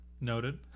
Noted